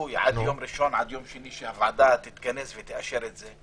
דיחוי עד יום ראשון או יום שני שהוועדה תתכנס ותאשר את זה,